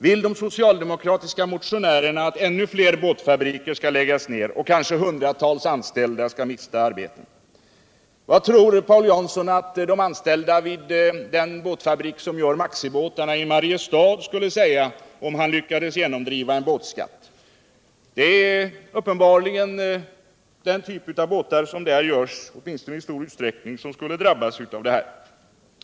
Vill de socialdemokratiska motionärerna att ännu fer båtfabriker skall läggas ned. med följd att kanske hundratals anställda mister sina arbeten? Vad tror Paul Jansson att de anställda vid den fabrik som gör maxibätarna i Mariestad skulle säga om han lyckades genomdriva en bätskatt? Det är uppenbarligen den typ av båtar som tillverkas där — åtminstone i stor utsträckning - som skulle drabbas.